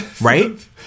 right